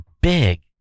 big